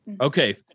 okay